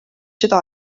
seda